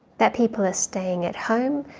that people are staying at home,